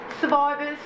survivors